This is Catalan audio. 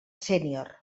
sènior